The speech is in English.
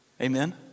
Amen